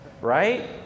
right